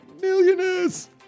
Millionaires